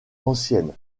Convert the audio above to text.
ancienne